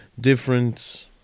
different